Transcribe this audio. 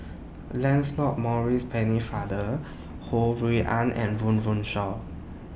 Lancelot Maurice Pennefather Ho Rui An and Run Run Shaw